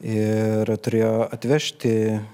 ir turėjo atvežti